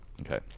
Okay